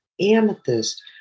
amethyst